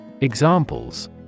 Examples